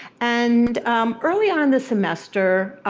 and early on in the semester,